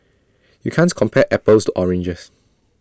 you can't compare apples to oranges